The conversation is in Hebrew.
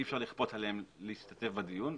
אי אפשר לכפות עליהם להשתתף בדיון,